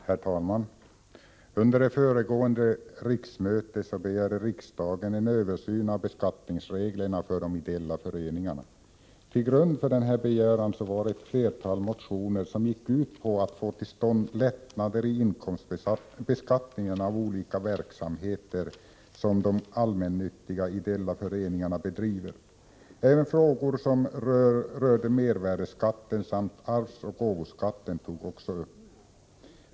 Herr talman! Under det föregående riksmötet begärde riksdagen en översyn av beskattningsreglerna för de ideella föreningarna. Till grund för denna begäran låg ett flertal motioner som gick ut på att få till stånd lättnader i inkomstbeskattningen av olika verksamheter som de allmännyttiga idéella föreningarna bedriver. Även frågor som rör mervärdeskatten samt arvsoch gåvoskatten togs upp.